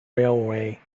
railway